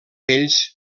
ells